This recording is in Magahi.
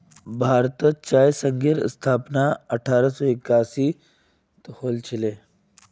भारतीय चाय संघ की स्थापना अठारह सौ एकासी ईसवीत हल छिले